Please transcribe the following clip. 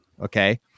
Okay